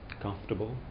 comfortable